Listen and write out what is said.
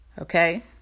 Okay